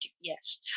yes